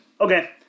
Okay